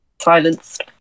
silenced